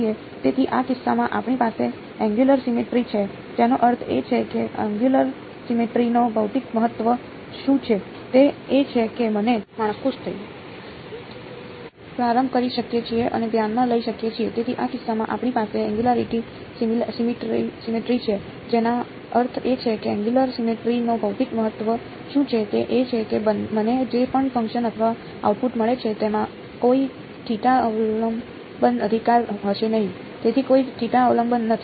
તેથી આ કિસ્સામાં આપણી પાસે એનગયુંલર સિમેટ્રી છે જેનો અર્થ એ છે કે એનગયુંલર સિમેટ્રી નું ભૌતિક મહત્વ શું છે તે એ છે કે મને જે પણ ફંકશન અથવા આઉટપુટ મળે છે તેમાં કોઈ થીટા અવલંબન અધિકાર હશે નહીં તેથી કોઈ થીટા અવલંબન નથી